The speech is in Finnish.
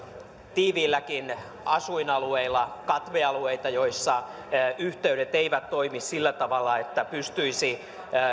tiiviilläkin asuinalueilla katvealueita joilla yhteydet eivät toimi sillä tavalla että pystyisi